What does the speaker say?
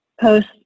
post